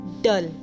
Dull